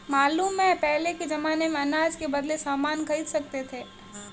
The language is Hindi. मालूम है पहले के जमाने में अनाज के बदले सामान खरीद सकते थे